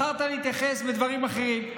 בחרת להתייחס לדברים אחרים.